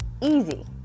Easy